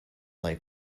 like